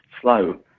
slow